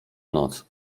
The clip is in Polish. noc